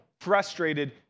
frustrated